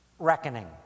Reckoning